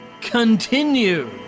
Continued